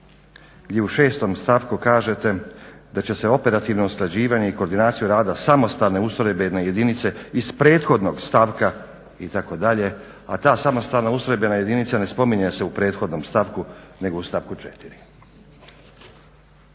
22.gdje u 6.stavku kažete "da će se operativno usklađivanja i koordinaciju rada samostalne ustrojbene jedinice iz prethodnog stavka" itd. a ta samostalna ustrojbena jedinica ne spominje se u prethodnom stavku nego u stavku 4.